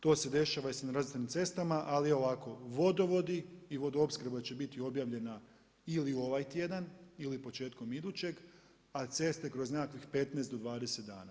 To se dešava i s nerazvrstanim cestama ali ovako, vodovodi i vodoopskrba će biti objavljena ili ovaj tjedan ili početkom idućeg a ceste kroz nekakvih 15 kroz 20 dana.